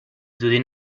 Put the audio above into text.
زودی